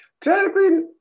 Technically